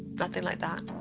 nothing like that.